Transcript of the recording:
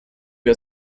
wir